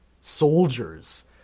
soldiers